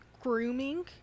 grooming